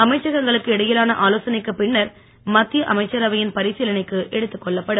அமைச்சகங்களுக்கு இடையிலான ஆலோசனைக்குப் பின்னர் மத்திய அமைச்சரவையின் பரிசிலனைக்கு எடுத்துக் கொள்ளப்படும்